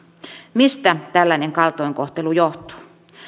mistä tällainen kaltoinkohtelu johtuu